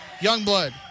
Youngblood